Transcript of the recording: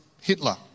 Hitler